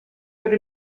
per